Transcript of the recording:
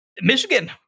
Michigan